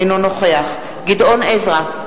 אינו נוכח גדעון עזרא,